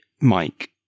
Mike